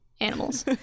animals